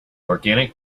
organic